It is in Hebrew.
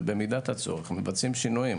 ובמידת הצורך מבצעים שינויים.